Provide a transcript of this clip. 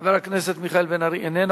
חבר הכנסת מיכאל בן-ארי, איננו.